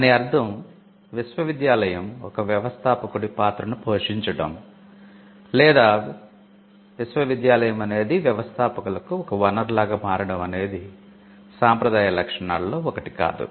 దాని అర్థం విశ్వవిద్యాలయం ఒక వ్యవస్థాపకుడి పాత్రను పోషించటం లేదా విశ్వవిద్యాలయం వ్యవస్థాపకులకు ఒక వనరులాగ మారడం అనేది సాంప్రదాయ లక్షణాలలో ఒకటి కాదు